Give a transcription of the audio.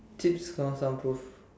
cheaps soundproof